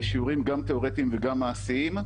שיעורים תיאורטיים וגם שיעורים מעשיים,